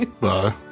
Bye